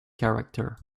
character